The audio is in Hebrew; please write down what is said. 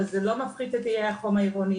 אבל זה לא מפחית את החום העירוני.